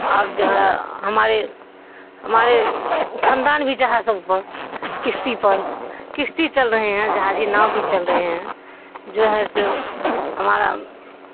اور جو ہے ہمارے ہمارے خاندان بھی جہازوں پر کشتی پر کشتی چل رہے ہیں جہازی ناؤ بھی چل رہے ہیں جو ہے سو ہمارا